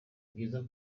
byiza